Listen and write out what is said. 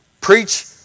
preach